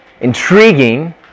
intriguing